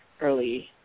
early